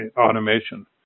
automation